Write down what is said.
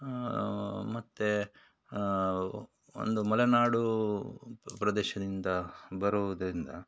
ಮತ್ತು ಒಂದು ಮಲೆನಾಡು ಪ್ರದೇಶದಿಂದ ಬರುವುದರಿಂದ